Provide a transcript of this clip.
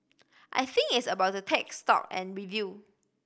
I think it's about to take stock and review